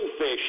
fish